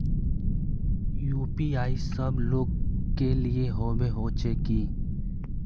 UPI सब लोग के लिए होबे होचे की?